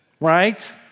right